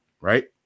right